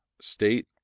state